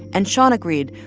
and shon agreed.